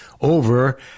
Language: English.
over